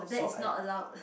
so I